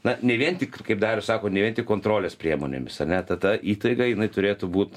na ne vien tik kaip darius sako ne vien tik kontrolės priemonėmis ar ne ta ta įtaiga jinai turėtų būt